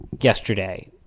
yesterday